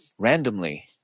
Randomly